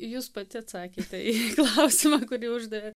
jūs pati atsakėte į klausimą kurį uždavėt